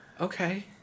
okay